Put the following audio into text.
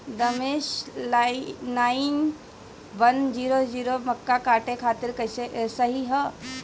दशमेश nine one zero zero मक्का काटे खातिर सही ह?